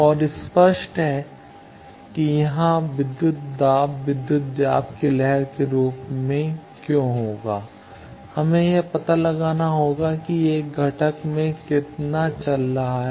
और स्पष्ट है कि यहां विद्युत दाब विद्युत दाब की लहर के रूप में क्यों होगा हमें यह पता लगाना होगा कि यह एक घटक में कितना चल रहा है